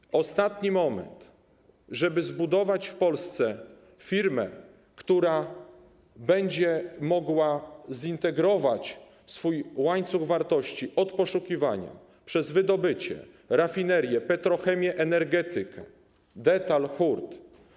I to jest ostatni moment, żeby zbudować w Polsce firmę, która będzie mogła zintegrować swój łańcuch wartości - od poszukiwania, przez wydobycie, rafinerie, petrochemię, energetykę, po detal i hurt.